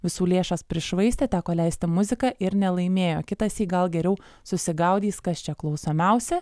visų lėšas prišvaistė teko leisti muziką ir nelaimėjo kitąsyk gal geriau susigaudys kas čia klausomiausi